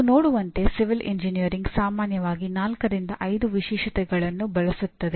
ನೀವು ನೋಡುವಂತೆ civil engineering ಸಾಮಾನ್ಯವಾಗಿ ನಾಲ್ಕರಿಂದ ಐದು ವಿಶೇಷತೆಗಳನ್ನು ಬಳಸುತ್ತದೆ